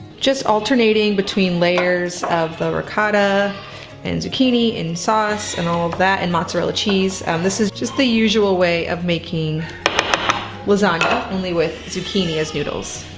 just alternating between layers of the ricotta and zucchini and sauce and all of that, and mozzarella cheese. um, this is just the usual way of making lasagna, only with zucchini as noodles.